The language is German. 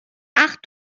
ach